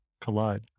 collide